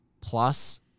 plus